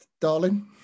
darling